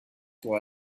why